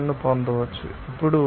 07 ను పొందవచ్చు